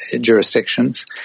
jurisdictions